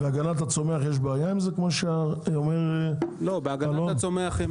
יש בעיה בענפי הצומח?